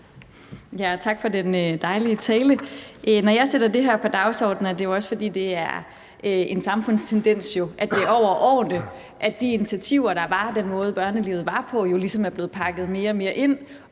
Tak for den dejlige tale. Når jeg sætter det her på dagsordenen, er det også, fordi det jo er en samfundstendens over årene, at de initiativer, der var, og den måde, børnelivet var på, jo ligesom er blevet pakket mere og mere ind.